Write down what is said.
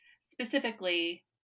Specifically